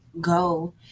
go